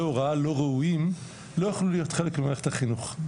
הוראה לא ראויים לא יוכלו להיות חלק ממערכת החינוך.